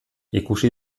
ikusi